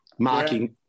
Marking